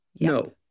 No